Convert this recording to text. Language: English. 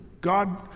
God